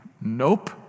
Nope